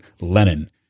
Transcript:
Lenin